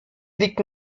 liegt